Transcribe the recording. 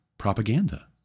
propaganda